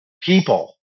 people